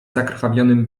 zakrwawionym